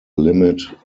limit